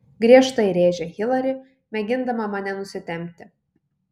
griežtai rėžia hilari mėgindama mane nusitempti